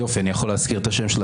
יופי, אני יכול להזכיר את השם שלה